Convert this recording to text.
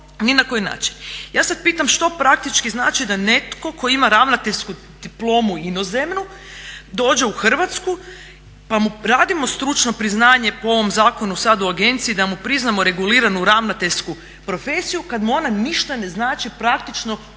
ni na koji način. Ja sad pitam što praktički znači da netko tko ima ravnateljsku diplomu inozemnu dođe u Hrvatsku pa mu radimo stručno priznanje po ovom zakonu sad u agenciji da mu priznamo reguliranu ravnateljsku profesiju kad mu ona ništa ne znači praktično u smislu